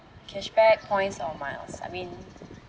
cashback points or miles I mean